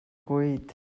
cuit